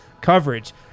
coverage